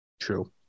True